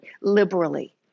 liberally